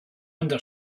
under